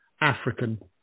African